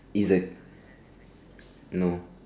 is a no